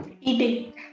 eating